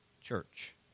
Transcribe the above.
church